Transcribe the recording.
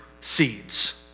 seeds